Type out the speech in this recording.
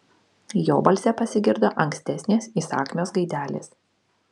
jo balse pasigirdo ankstesnės įsakmios gaidelės